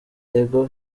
ego